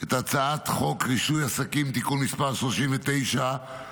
את הצעת חוק רישוי עסקים (תיקון מס' 39),